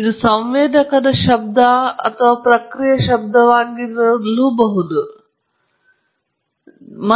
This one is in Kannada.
ಇದು ಸಂವೇದಕ ಶಬ್ದ ಅಥವಾ ಪ್ರಕ್ರಿಯೆಯ ಶಬ್ದವಾಗಿದ್ದರೂ ಸಹ ಅಥವಾ ನಿಮ್ಮ ಅನ್ವಯಗಳಲ್ಲಿ